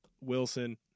Wilson